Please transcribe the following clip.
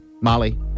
molly